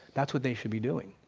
that's what they should be doing.